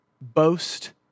boast